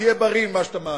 תהיה בריא עם מה שאתה מאמין.